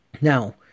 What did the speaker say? Now